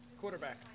Quarterback